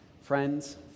friends